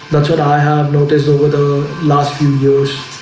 that's what i have noticed over the last few years